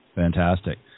Fantastic